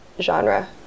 genre